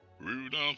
Rudolph